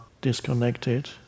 disconnected